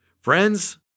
Friends